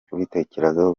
kubitekerezaho